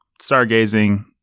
stargazing